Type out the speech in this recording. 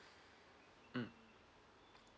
mm